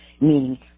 meaning